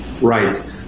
Right